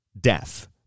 death